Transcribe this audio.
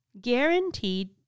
Guaranteed